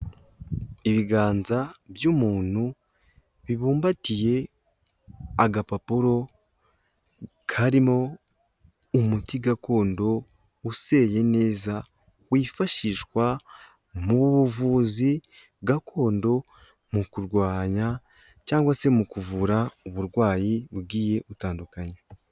Ibiganza by'umuntu bibumbatiye agapapuro karimo umuti gakondo useye neza, wifashishwa mu buvuzi gakondo mu kurwanya cyangwa se mu kuvura uburwayi bugiye butandukanyekanya.